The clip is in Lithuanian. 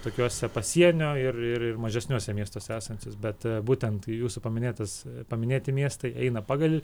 tokiuose pasienio ir ir mažesniuose miestuose esantys bet būtent jūsų paminėtas paminėti miestai eina pagal